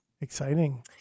Exciting